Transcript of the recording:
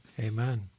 Amen